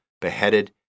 beheaded